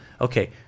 okay